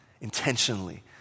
intentionally